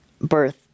birth